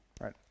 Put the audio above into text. right